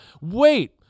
wait